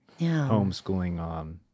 homeschooling